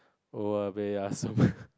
oya-beh-ya-som